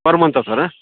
per month sir